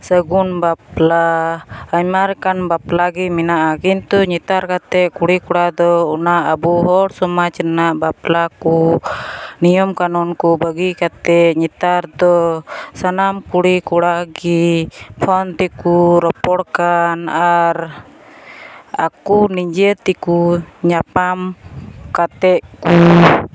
ᱥᱟᱹᱜᱩᱱ ᱵᱟᱯᱞᱟ ᱟᱭᱢᱟ ᱞᱮᱠᱟᱱ ᱵᱟᱯᱞᱟᱜᱮ ᱢᱮᱱᱟᱜᱼᱟ ᱠᱤᱱᱛᱩ ᱱᱮᱛᱟᱨ ᱠᱟᱛᱮᱫ ᱠᱩᱲᱤ ᱠᱚᱲᱟᱫᱚ ᱚᱱᱟ ᱟᱵᱚ ᱦᱚᱲ ᱥᱚᱢᱟᱡᱽ ᱨᱮᱱᱟᱜ ᱵᱟᱯᱞᱟᱠᱚ ᱱᱤᱭᱚᱢᱼᱠᱟᱹᱱᱩᱱ ᱠᱚ ᱵᱟᱹᱜᱤ ᱠᱟᱛᱮᱫ ᱱᱮᱛᱟᱨ ᱫᱚ ᱥᱟᱱᱟᱢ ᱠᱩᱲᱤ ᱠᱚᱲᱟᱜᱮ ᱯᱷᱳᱱ ᱛᱮᱠᱚ ᱨᱚᱯᱚᱲᱠᱟᱱ ᱟᱨ ᱟᱠᱚ ᱱᱤᱡᱮᱛᱮᱠᱚ ᱧᱟᱯᱟᱢ ᱠᱟᱛᱮᱫ ᱠᱚ